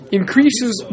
increases